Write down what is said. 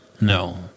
No